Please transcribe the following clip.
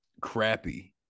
crappy